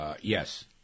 Yes